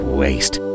waste